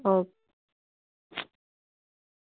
O